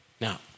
now